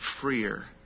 freer